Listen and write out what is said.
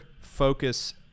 focus